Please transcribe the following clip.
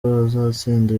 bazatsinda